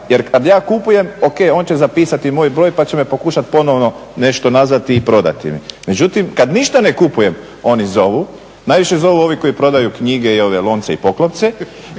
jer kad ja kupujem ok on će zapisati moj broj pa će me pokušati ponovno nešto nazvati i prodati mi, međutim kad ništa ne kupujem oni zovu. Najviše zovi ovi koji prodaju knjige, i ove lonce i poklopce